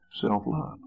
self-love